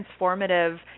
transformative